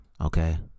okay